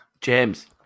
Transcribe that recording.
James